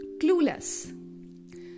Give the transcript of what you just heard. clueless